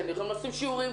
כנראה הם עושים שיעורים,